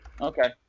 Okay